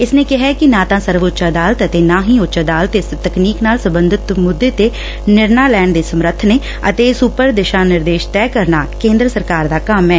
ਇਸ ਨੇ ਕਿਹੈ ਕਿ ਨਾ ਤਾਂ ਸਰਵਉੱਚ ਅਦਾਲਤ ਅਤੇ ਨਾ ਹੀ ਉੱਚ ਅਦਾਲਤ ਇਸ ਤਕਨੀਕ ਨਾਲ ਸਬੰਧਤ ਮੁੱਦੇ ਤੇ ਨਿਰਣਾ ਲੈਣ ਦੇ ਸਮਰੱਥ ਨੇ ਅਤੇ ਇਸ ਉਪਰ ਦਿਸ਼ਾ ਨਿਰਦੇਸ਼ ਤੈਅ ਕਰਨਾ ਕੇਂਦਰ ਸਰਕਾਰ ਦਾ ਕੰਮ ਐ